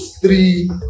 three